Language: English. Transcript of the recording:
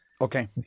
Okay